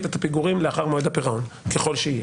את הפיגורים לאחר מועד הפירעון ככל שיהיה.